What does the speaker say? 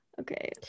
Okay